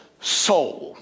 soul